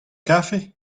kafe